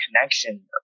connection